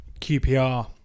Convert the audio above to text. QPR